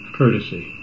courtesy